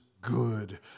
good